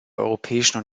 europäischen